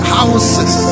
houses